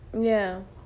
ya